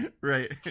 right